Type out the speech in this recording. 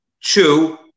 two